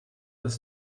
das